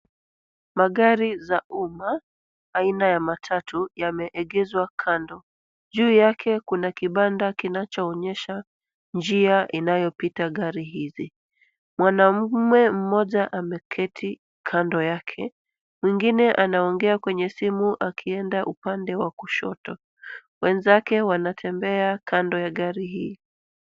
Magari za umma, aina ya matatu yameegezwa kando. Juu yake kuna kibanda kinachoonyesha njia inayopita gari hizi. Mwanaume mmoja ameketi kando yake. Mwingine anaongea kwenye simu akienda upande wa kushoto. Wenzake wanatembea kando ya gari hii.